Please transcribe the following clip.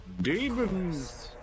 Demons